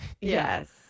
Yes